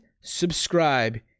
subscribe